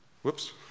Whoops